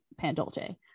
pandolce